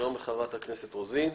שלום לחברת הכנסת רוזין.